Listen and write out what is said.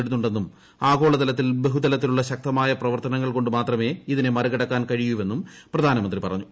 നേരിടുന്നുണ്ടെന്നും ആഗോള തലത്തിൽ ബഹുതലത്തിലുള്ള ശക്തമായ പ്രവർത്തനങ്ങൾകൊണ്ടുമാത്രമേ ഇതിനെ മറികടക്കാൻ കഴിയൂവെന്നും പ്രധാനമന്ത്രി പറഞ്ഞു